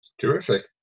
terrific